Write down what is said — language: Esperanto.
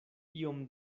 iom